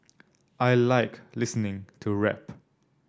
I like listening to rap